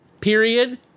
period